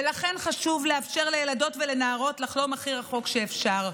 ולכן חשוב לאפשר לילדות ולנערות לחלום הכי רחוק שאפשר.